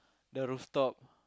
the rooftop